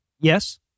Yes